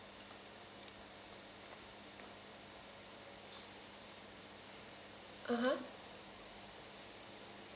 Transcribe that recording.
(uh huh)